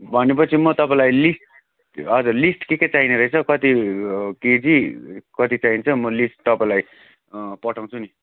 भनेपछि म तपाईँलाई लिस्ट हजुर लिस्ट के के चाहिने रहेछ कति केजी कति चाहिन्छ म लिस्ट तपाईँलाई पठाउँछु नि